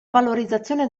valorizzazione